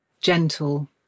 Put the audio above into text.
gentle